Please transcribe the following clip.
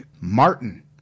Martin